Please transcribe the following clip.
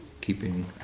keeping